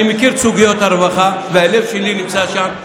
מכיר את סוגיות הרווחה והלב שלי נמצא שם,